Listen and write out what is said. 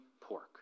pork